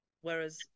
Whereas